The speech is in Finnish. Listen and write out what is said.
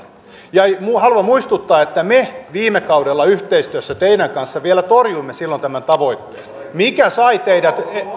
haluan muistuttaa että me viime kaudella yhteistyössä teidän kanssanne vielä torjuimme tämän tavoitteen mikä sai teidät